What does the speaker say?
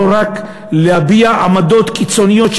לא רק להביע עמדות קיצוניות,